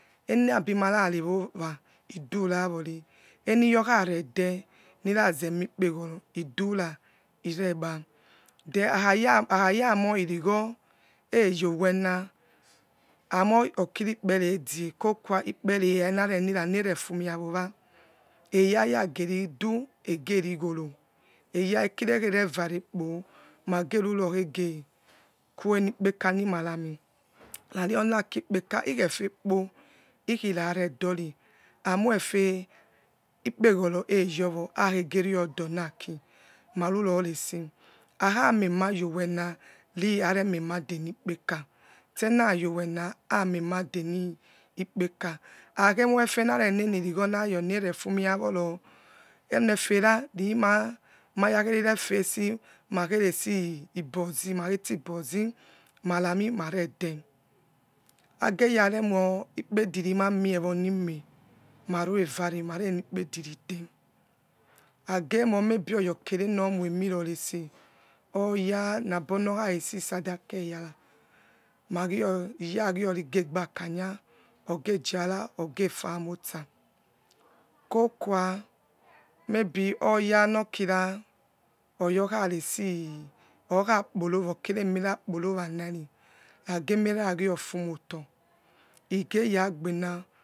Enabimararewowa iduraware eniyo kharede nirazemikpegoro idura iregba then akhaya moirigho eyo wena amo okirikpere idge kokua ikpere era nareni rarefu mia wowa eyaya geridu egeri goro iya ekekherevariowokpo mase rurokhege quenikpeka ikhefiokpo ikhirare dori amoife ikpeghoro eyo wo akhegrio donaki marurorese akha memayowena riharememe denikpeka otnayowena amoiimade nikpeka akheke moi ehenarenenirigho nerefumiowo oniefera rimayakere face ibozi mati igbozi manami marede ageyaremore ikpedirimamie wor niime maruevare mareni kpedi ride agemore maybe oyaokere no moimorese oyanabonokharesi sadaka wegare magior iragioriga kanya oge jona ogefamiosa maybe oya noker emerokporowanari na gi enefumoto igeyabena